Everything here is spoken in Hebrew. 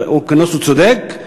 הוא צודק,